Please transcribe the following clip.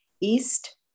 East